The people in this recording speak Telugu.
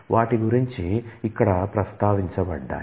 వాటి గురించి ఇక్కడ ప్రస్తావించబడ్డాయి